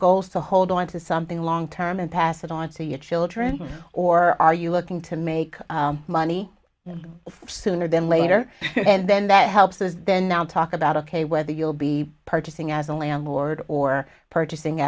goals to hold on to something long term and pass it on to your children or are you looking to make money sooner than later and then that helps and then i'll talk about ok whether you'll be purchasing as only on board or purchasing